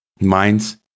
Minds